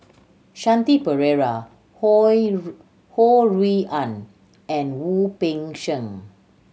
Shanti Pereira Ho Ho Rui An and Wu Peng Seng